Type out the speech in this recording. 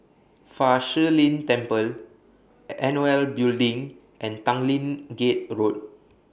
Fa Shi Lin Temple N O L Building and Tanglin Gate Road